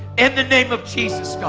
in the name of jesus, god,